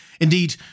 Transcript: Indeed